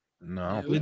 No